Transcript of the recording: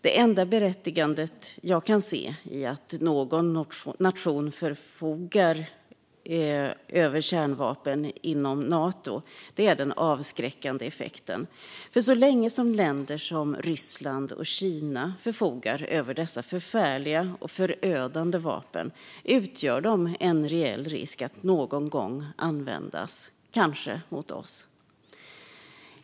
Det enda berättigande jag kan se i att någon nation inom Nato förfogar över kärnvapen är den avskräckande effekten. För så länge länder som Ryssland och Kina förfogar över dessa förfärliga och förödande vapen finns en reell risk för att de någon gång kommer att användas, kanske mot oss.